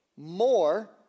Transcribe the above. more